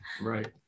Right